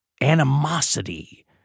animosity